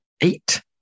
eight